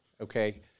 Okay